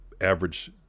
average